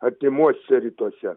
artimuosiuose rytuose